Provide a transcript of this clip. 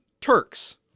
Turks